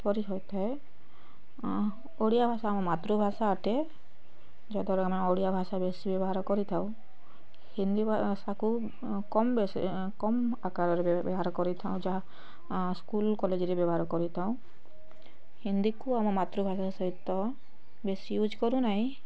ପରି ହୋଇଥାଏ ଓଡ଼ିଆ ଭାଷା ଆମ ମାତୃଭାଷା ଅଟେ ଯଦ୍ଵାରା ଆମେ ଓଡ଼ିଆ ଭାଷା ବେଶି ବ୍ୟବହାର କରିଥାଉ ହିନ୍ଦୀ ଭାଷାକୁ କମ୍ ବେଶି କମ୍ ଆକାରରେ ବ୍ୟବହାର କରିଥାଉ ଯାହା ସ୍କୁଲ କଲେଜ୍ରେ ବ୍ୟବହାର କରିଥାଉ ହିନ୍ଦୀକୁ ଆମ ମାତୃଭାଷା ସହିତ ବେଶୀ ୟୁଜ୍ କରୁନାହିଁ